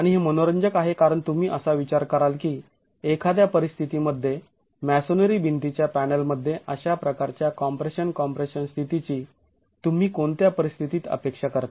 आणि हे मनोरंजक आहे कारण तुम्ही असा विचार कराल की एखाद्या परिस्थिती मध्ये मॅसोनरी भिंतीच्या पॅनलमध्ये अशा प्रकारच्या कॉम्प्रेशन कॉम्प्रेशन स्थितीची तुम्ही कोणत्या परिस्थितीत अपेक्षा करता